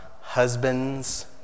husbands